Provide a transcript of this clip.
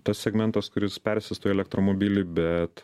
tas segmentas kuris persėstų į elektromobilį bet